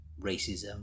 racism